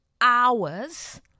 hours